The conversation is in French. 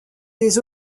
des